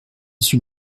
suis